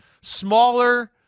smaller –